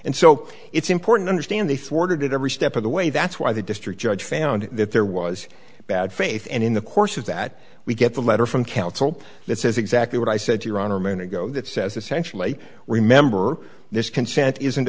and so it's important understand they thwarted it every step of the way that's why the district judge found that there was bad faith and in the course of that we get a letter from counsel that says exactly what i said your honor a minute ago that says essentially remember this consent isn't